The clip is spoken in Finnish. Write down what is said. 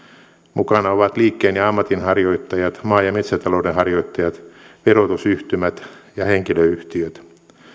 mukana ovat liikkeen ja ammatinharjoittajat maa ja metsätalouden harjoittajat verotusyhtymät ja henkilöyhtiöt